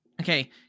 Okay